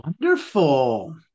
Wonderful